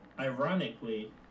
Ironically